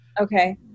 Okay